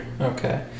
Okay